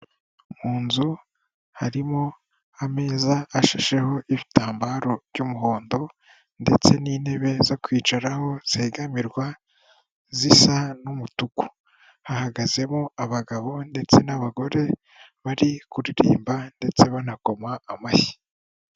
Mu nzu harimo ameza ashasheho ibitambaro by'umuhondo ndetse n'intebe zo kwicaraho zegamirwa zisa n'umutuku, hahagazemo abagabo ndetse n'abagore bari kuririmba ndetse banakoma amashyi.